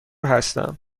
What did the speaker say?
هستم